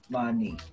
money